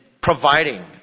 providing